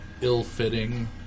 ill-fitting